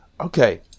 Okay